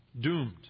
Doomed